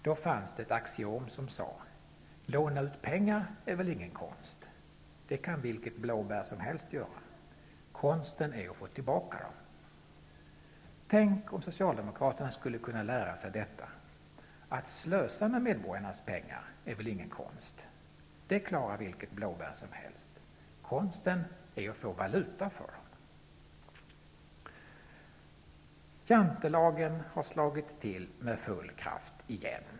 Då fanns följande axiom: Låna ut pengar är väl ingen konst. Det kan vilket ''blåbär'' som helst göra. Konsten är att få tillbaka pengarna. Tänk om Socialdemokraterna kunde lära sig detta: Att slösa med medborgarnas pengar är väl ingen konst. Det klarar vilket ''blåbär'' som helst. Konsten är att få valuta för pengarna. Jantelagen har slagit till med full kraft återigen.